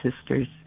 sisters